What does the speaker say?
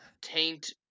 taint